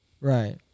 right